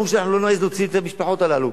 הרי אמרו שאנחנו לא נעז להוציא את המשפחות הללו.